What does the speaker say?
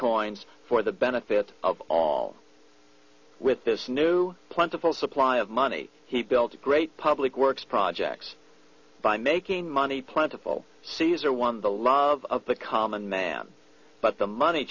coins for the benefit of all with this new plentiful supply of money he built a great public works projects by making money plentiful caesar won the love of the common man but the money